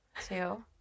two